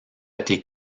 été